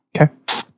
Okay